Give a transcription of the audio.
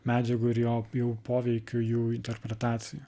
medžiagų ir jo jau poveikio jų interpretacija